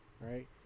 right